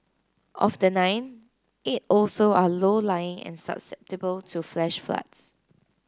of the nine eight also are low lying and susceptible to flash floods